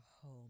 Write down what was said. home